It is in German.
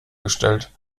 gestellt